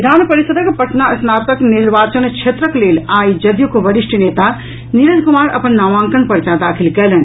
विधान परिषदक पटना स्नातक निर्वाचन क्षेत्रक लेल आई जदयूक वरिष्ठ नेता नीरज कुमार अपन नामांकन पर्चा दाखिल कयलनि